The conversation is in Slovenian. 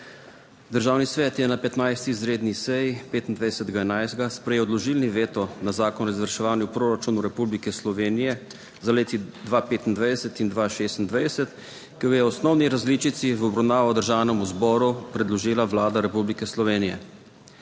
Državni svet je na 15. izredni seji 25. 11. sprejel odložilni veto na Zakon o izvrševanju proračunov Republike Slovenije za leti 2025 in 2026, ki ga je v osnovni različici v obravnavo Državnemu zboru predložila Vlada Republike Slovenije.